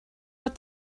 ett